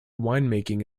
winemaking